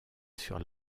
sur